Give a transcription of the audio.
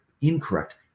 incorrect